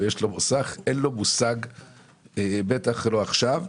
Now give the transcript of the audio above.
גם לו זה לא ברור.